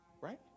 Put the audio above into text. Right